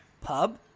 Pub